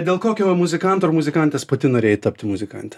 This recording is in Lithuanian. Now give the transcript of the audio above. dėl kokio muzikanto ar muzikantės pati norėjai tapti muzikante